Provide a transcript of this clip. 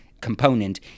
component